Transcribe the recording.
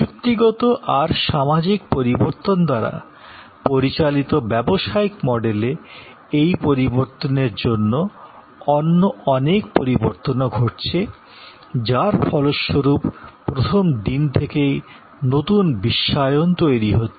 প্রযুক্তিগত আর সামাজিক পরিবর্তন দ্বারা পরিচালিত ব্যবসায়িক মডেলে এই পরিবর্তনের জন্য অন্য অনেক পরিবর্তনও ঘটছে যার ফলস্বরূপ প্রথম দিন থেকে নতুন বিশ্বায়ন তৈরি হচ্ছে